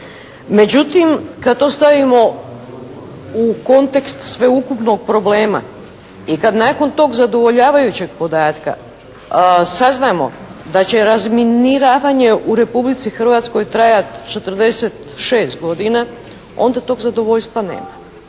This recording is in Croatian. Međutim, kad to stavimo u kontekst sveukupnog problema, i kad nakon tog zadovoljavajućeg podatka saznamo da će razminiravanje u Republici Hrvatskoj trajat 46 godina, onda tog zadovoljstva nema.